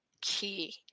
key